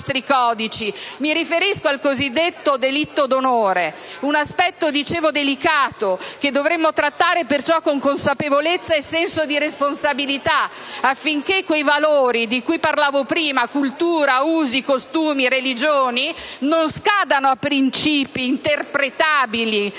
(mi riferisco al cosiddetto delitti d'onore). Un aspetto, dicevo, delicato che dovremo trattare, perciò, con consapevolezza e senso di responsabilità, affinché quei valori di cui parlavo prima (cultura, usi, costumi e religioni) non scadano a principi interpretabili